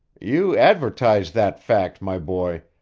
you advertise that fact, my boy,